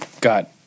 got